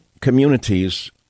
communities